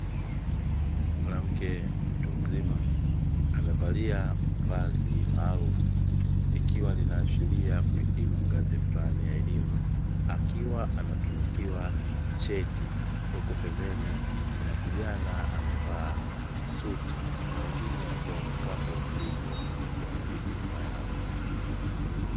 Mwanamke mtu mzima amevalia vazi maalumu, likiwa linaashiria kuhitimu ngazi fulani ya elimu, akiwa anatunukiwa cheti; huku pembeni kuna kijana amevaa suti na wengine wakiwa wamekaa kwa utulivu kwenye viti nyuma yao.